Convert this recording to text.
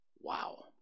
Wow